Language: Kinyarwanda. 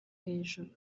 hejuru